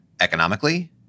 Economically